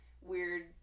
weird